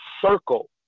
Circle